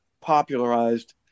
popularized